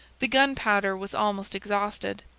the gunpowder was almost exhausted,